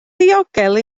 ddiogel